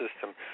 system